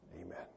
Amen